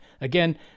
Again